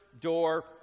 door